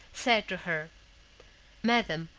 said to her madam,